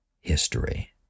history